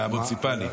מהמוניציפלית.